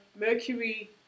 Mercury